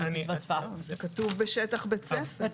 כתוב בשטח בית ספר.